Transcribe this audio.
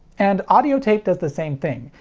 and audio tape does the same thing,